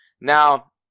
now